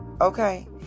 Okay